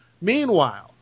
meanwhile